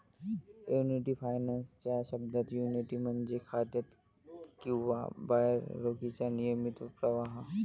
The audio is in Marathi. एन्युटी फायनान्स च्या शब्दात, एन्युटी म्हणजे खात्यात किंवा बाहेर रोखीचा नियमित प्रवाह